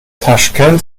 taschkent